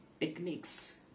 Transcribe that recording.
techniques